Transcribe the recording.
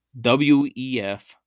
WEF